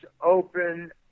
open